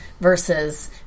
Versus